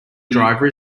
driver